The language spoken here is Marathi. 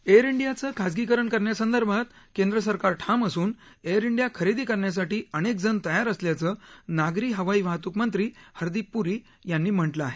एअर इंडियाचं खासगीकरण करण्यासंदर्भात कैद्रसरकार ठाम असून एअर इंडिया खरेदी करण्यासाठी अनेक जण तयार असल्याचं नागरी हवाई वाहत्क मंत्री हरदीप प्री यांनी म्हटलं आहे